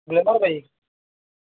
glamour bike